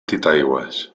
titaigües